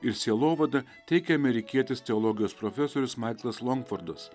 ir sielovada teikė amerikietis teologijos profesorius maiklas longfordas